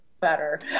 better